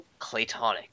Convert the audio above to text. Claytonic